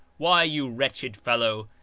why, you wretched fellow,